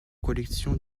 collections